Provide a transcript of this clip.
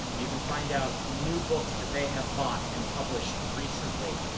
you can find out new books that they have bought and published recently.